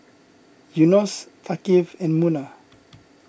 Yunos Thaqif and Munah